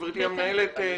גברתי המנהלת,